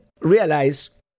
realize